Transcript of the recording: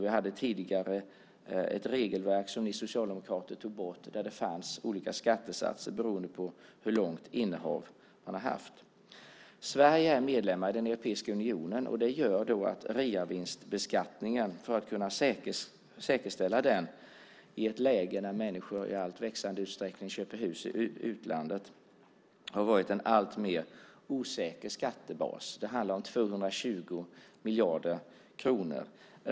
Vi hade tidigare ett regelverk som ni socialdemokrater tog bort där det fanns olika skattesatser beroende på hur länge man hade haft sitt innehav. Sverige är medlem i Europeiska unionen. I ett läge då människor i en växande utsträckning köper hus i utlandet har reavinstskatten varit en alltmer osäker skattebas. Det handlar om 220 miljarder kronor.